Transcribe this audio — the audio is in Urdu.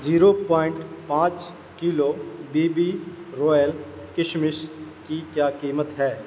جیرو پوائنٹ پانچ کلو بی بی روئل کشمش کی کیا قیمت ہے